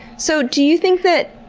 so, do you think that,